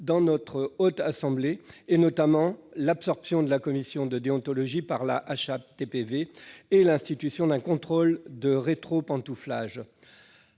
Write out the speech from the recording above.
de la Haute Assemblée, notamment l'absorption de la commission de déontologie par la HATVP et l'institution d'un contrôle du rétropantouflage.